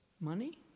money